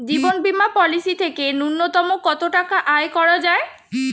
জীবন বীমা পলিসি থেকে ন্যূনতম কত টাকা আয় করা যায়?